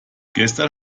gestern